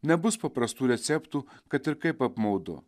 nebus paprastų receptų kad ir kaip apmaudu